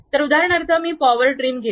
तर उदाहरणार्थ मी पॉवर ट्रिम घेते